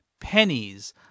pennies